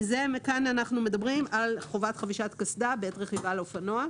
כאן אנחנו מדברים על חובת חבישת קסדה בעת רכיבה על אופנוע.